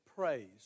Praise